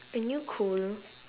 aren't you cold